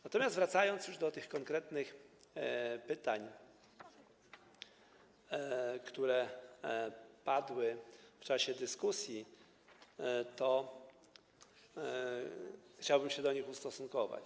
Natomiast wracając już do tych konkretnych pytań, które padły w czasie dyskusji, to chciałbym się do nich ustosunkować.